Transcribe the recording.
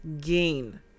gain